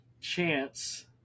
Chance